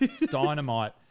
Dynamite